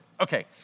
okay